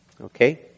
okay